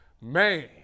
Man